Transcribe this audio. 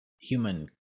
human